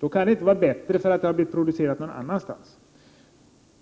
Då kan den inte bli bättre av att den produceras någon annanstans.